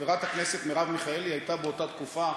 חברת הכנסת מרב מיכאלי הייתה באותה תקופה